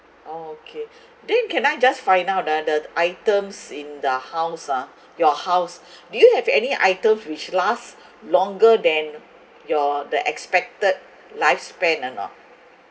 orh okay then can I just find out ah the items in the house ah your house do you have any item which last longer than your the expected lifespan or not